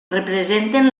representen